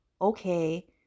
Okay